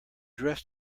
dress